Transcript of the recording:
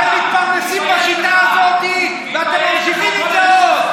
אתם מתפרנסים מהשיטה הזאת ואתם ממשיכים עם זה עוד.